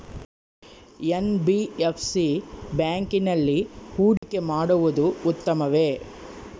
NBFC ಬ್ಯಾಂಕಿನಲ್ಲಿ ಹೂಡಿಕೆ ಮಾಡುವುದು ಉತ್ತಮವೆ?